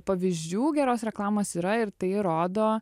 pavyzdžių geros reklamos yra ir tai rodo